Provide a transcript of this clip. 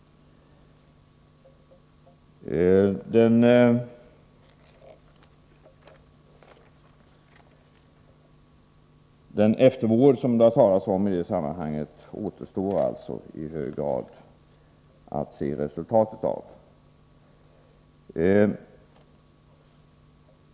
Den eftervård som det har talats om i sammanhanget återstår alltså i hög grad att se resultatet av.